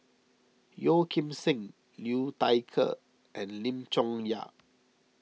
Yeo Kim Seng Liu Thai Ker and Lim Chong Yah